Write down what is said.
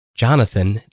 Jonathan